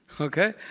Okay